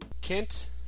Kent